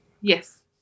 Yes